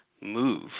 move